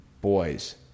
boys